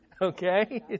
okay